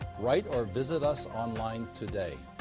write or visit us online today!